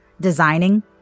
designing